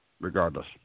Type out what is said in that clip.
Regardless